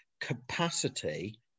capacity